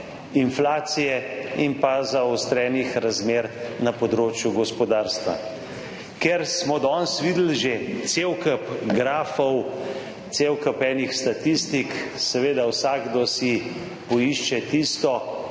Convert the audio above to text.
inflacije in pa zaostrenih razmer na področju gospodarstva. Ker smo danes videli že cel kup grafov, cel kup enih statistik. Seveda, vsakdo si poišče tisto,